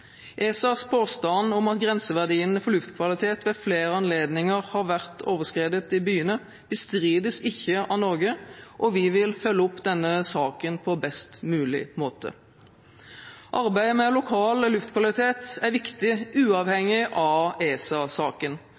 ESAs påstand om at grenseverdiene for luftkvalitet ved flere anledninger har vært overskredet i byene, bestrides ikke av Norge, og vi vil følge opp denne saken på best mulig måte. Arbeidet med lokal luftkvalitet er viktig uavhengig av